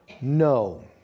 no